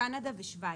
קנדה ושוויץ.